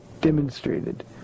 demonstrated